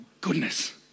goodness